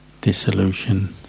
dissolution